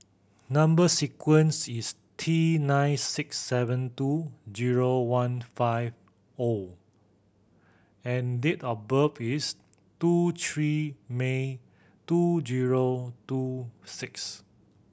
number sequence is T nine six seven two zero one five O and date of birth is two three May two zero two six